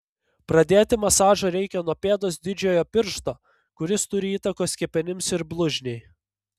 pradėti masažą reikia nuo pėdos didžiojo piršto kuris turi įtakos kepenims ir blužniai